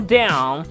down